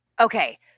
Okay